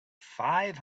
five